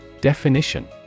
Definition